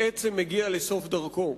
בעצם הגיע לסוף דרכו,